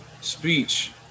speech